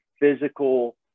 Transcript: physical